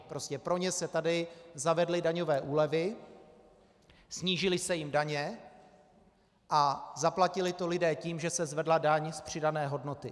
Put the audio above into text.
Prostě pro ně se tady zavedly daňové úlevy, snížily se jim daně a zaplatili to lidé tím, že se zvedla daň z přidané hodnoty.